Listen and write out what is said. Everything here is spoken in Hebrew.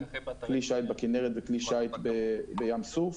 כלי שיט בכנרת וכלי שיט בים סוף.